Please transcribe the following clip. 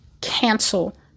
cancel